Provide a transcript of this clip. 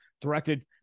directed